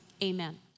Amen